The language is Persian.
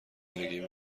نگیم